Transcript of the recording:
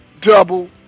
double